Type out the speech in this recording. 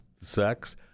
sex